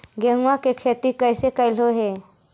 गेहूआ के खेती कैसे कैलहो हे?